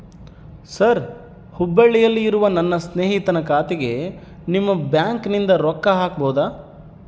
Sir ಹುಬ್ಬಳ್ಳಿಯಲ್ಲಿ ಇರುವ ನನ್ನ ಸ್ನೇಹಿತನ ಖಾತೆಗೆ ನಿಮ್ಮ ಬ್ಯಾಂಕಿನಿಂದ ರೊಕ್ಕ ಹಾಕಬಹುದಾ?